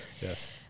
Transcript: Yes